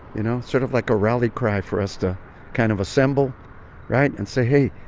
you know, sort of like a rally cry for us to kind of assemble right? and say, hey,